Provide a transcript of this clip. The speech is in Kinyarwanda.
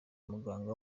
umuganga